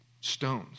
stones